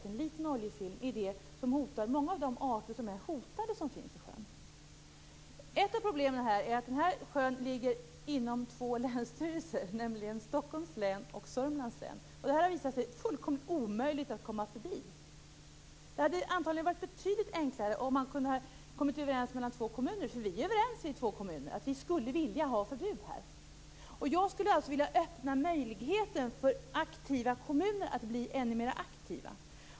En liten oljefilm är det som hotar många av de hotade arter som finns i sjön. Ett av problemen är att sjön ligger inom två länsstyrelser, nämligen Stockholms län och Sörmlands län. Det har visat sig fullkomligt omöjligt att komma förbi detta. Det hade antagligen varit betydligt enklare om man hade kunnat komma överens i två kommuner. Vi är överens i två kommuner att vi skulle vilja ha förbud. Jag skulle vilja öppna möjligheten för aktiva kommuner att bli ännu mer aktiva.